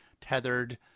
tethered